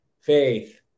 faith